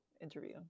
interview